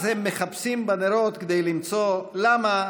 אז הם מחפשים בנרות כדי למצוא למה,